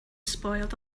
spoiled